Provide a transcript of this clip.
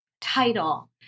title